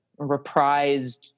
reprised